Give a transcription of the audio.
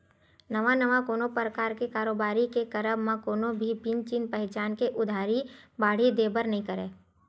नवा नवा कोनो परकार के कारोबारी के करब म कोनो भी बिना चिन पहिचान के उधारी बाड़ही देय बर नइ धरय